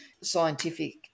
scientific